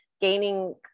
gaining